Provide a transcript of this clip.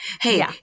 Hey